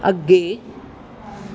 ਅੱਗੇ